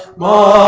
more